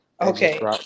Okay